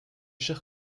chers